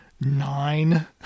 Nine